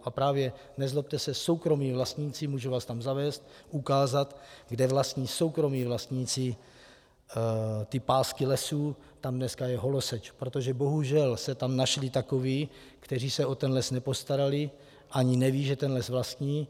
A právě, nezlobte se, soukromí vlastníci můžu vás tam zavést, ukázat, kde vlastní soukromí vlastníci ty pásky lesů, tam dneska je holoseč, protože bohužel se tam našli takoví, kteří se o ten les nepostarali a ani nevědí, že ten les vlastní.